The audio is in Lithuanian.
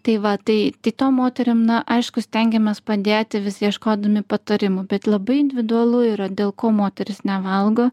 tai va tai tai tom moterim na aišku stengiamės padėti vis ieškodami patarimų bet labai individualu yra dėl ko moteris nevalgo